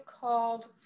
called